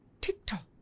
TikTok